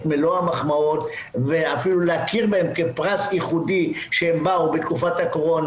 מלוא המחמאות ואפילו להכיר בהן כפרס ייחודי שהן באו בתקופת הקורונה,